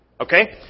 Okay